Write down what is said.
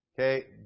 okay